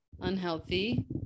Unhealthy